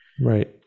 Right